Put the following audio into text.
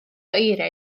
eiriau